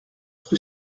rue